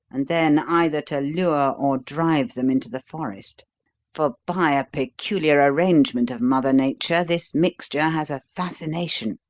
and then either to lure or drive them into the forest for by a peculiar arrangement of mother nature this mixture has a fascination,